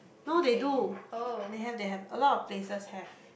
no they do they have they have a lot of places have